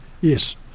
yes